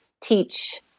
teach